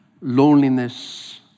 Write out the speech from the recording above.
loneliness